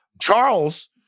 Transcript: Charles